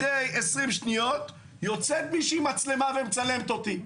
אחרי 20 שניות יוצאת מישהי עם מצלמה ומצלמת אותי.